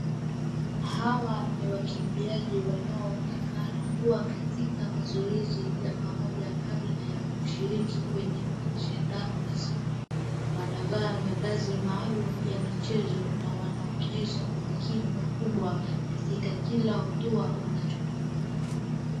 Hawa ni wakimbiaji wanaonekana kuwa katika mazoezi ya pamoja kabla ya kushiriki kwenye mashindano rasmi. Wanavaa mavazi maalum ya michezo na wanaonyesha umakini mkubwa katika kila hatua wanachochukua.